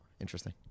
interesting